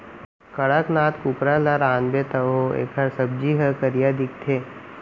कड़कनाथ कुकरा ल रांधबे तभो एकर सब्जी ह करिया दिखथे